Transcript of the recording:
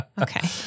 Okay